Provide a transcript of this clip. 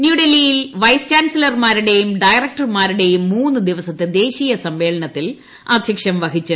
ന്യൂഡൽഹിയിൽ വൈസ് ചാൻസിലർമാരുടേയും ഡയറക്ടർമാരുടേയും മൂന്നു ദിവസത്തെ ദേശീയ സമ്മേളനത്തിൽ അദ്ധ്യക്ഷ്യം വഹിച്ചു